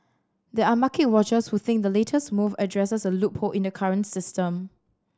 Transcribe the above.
there are market watchers who think the latest move addresses a loophole in the current system